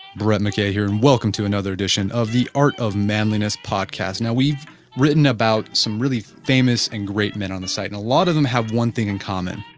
brett mckay here and welcome to another edition of the art of manliness podcast. now we've written about some really famous and great men on the site. now and a lot of them have one thing in common,